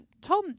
Tom